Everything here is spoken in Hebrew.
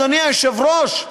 אדוני היושב-ראש,